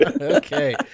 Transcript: Okay